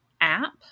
app